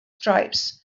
stripes